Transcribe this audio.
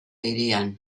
hirian